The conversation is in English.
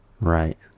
Right